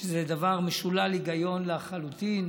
שזה דבר משולל היגיון לחלוטין.